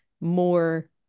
more